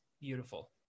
beautiful